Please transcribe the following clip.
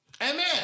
Amen